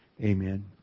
Amen